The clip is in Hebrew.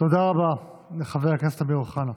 תודה רבה לחבר הכנסת אמיר אוחנה.